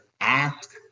ask